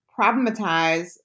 problematize